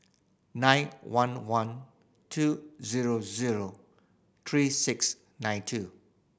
nine one one two zero zero three six nine two